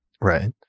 Right